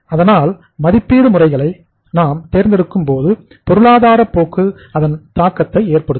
அதனால்மதிப்பீட்டு முறைகளை நாம் தேர்ந்தெடுக்கும் பொழுது பொருளாதார போக்கு அதன் தாக்கத்தை ஏற்படுத்தும்